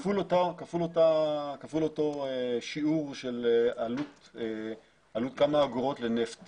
כפול אותו שיעור של עלות, כמה אגרות לנפט